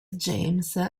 james